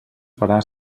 farà